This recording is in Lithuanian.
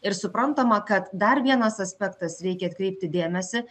ir suprantama kad dar vienas aspektas reikia atkreipti dėmesį